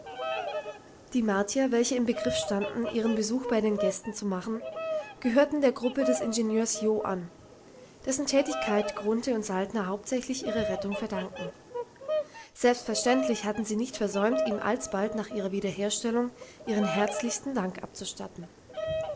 die martier welche im begriff standen ihren besuch bei den gästen zu machen gehörten der gruppe des ingenieurs jo an dessen tätigkeit grunthe und saltner hauptsächlich ihre rettung verdankten selbstverständlich hatten sie nicht versäumt ihm alsbald nach ihrer wiederherstellung ihren herzlichsten dank abzustatten